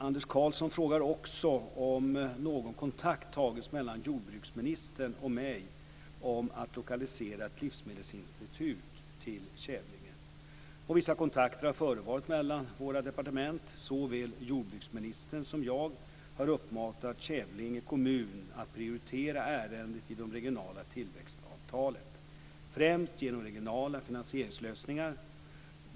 Anders Karlsson frågar också om någon kontakt tagits mellan jordbruksministern och mig om att lokalisera ett livsmedelsinstitut till Kävlinge. Vissa kontakter har förevarit mellan våra departement. Såväl jordbruksministern som jag har uppmanat Kävlinge kommun att prioritera ärendet i det regionala tillväxtavtalet, främst genom regionala finansieringslösningar.